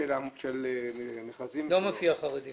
החרדים